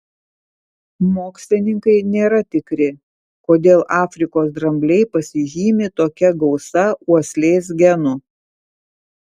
mokslininkai nėra tikri kodėl afrikos drambliai pasižymi tokia gausa uoslės genų